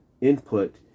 input